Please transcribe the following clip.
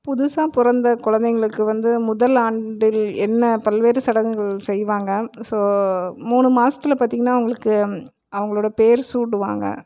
புதுசாக பிறந்த கொழந்தைங்களுக்கு வந்து முதல் ஆண்டில் என்ன பல்வேறு சடங்குகள் செய்வாங்க ஸோ மூணு மாதத்துல பார்த்தீங்கனா அவங்களுக்கு அவங்களோட பேர் சூடுவாங்க